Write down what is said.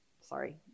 Sorry